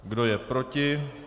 Kdo je proti?